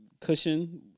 cushion